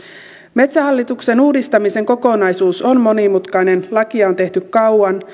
metsähallituksen uudistamisen kokonaisuus on monimutkainen lakia on tehty kauan